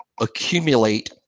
accumulate